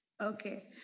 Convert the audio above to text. okay